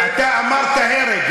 אתה אמרת "הרג".